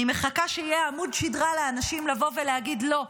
אני מחכה שיהיה לאנשים עמוד שדרה לבוא ולהגיד: לא,